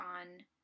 on